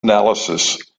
analysis